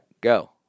go